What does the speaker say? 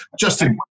Justin